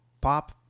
pop